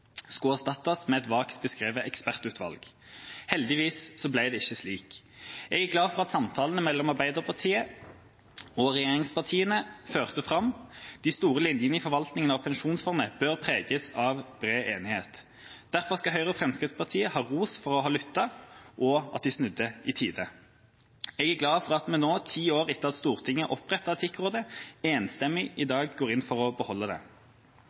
skulle erstattes med et vagt beskrevet ekspertutvalg. Heldigvis ble det ikke slik. Jeg er glad for at samtalene mellom Arbeiderpartiet og regjeringspartiene førte fram. De store linjene i forvaltninga av pensjonsfondet bør preges av bred enighet. Derfor skal Høyre og Fremskrittspartiet ha ros for å ha lyttet, og for at de snudde i tide. Jeg er glad for at vi nå – 10 år etter at Stortinget opprettet Etikkrådet – i dag enstemmig går inn for å beholde det.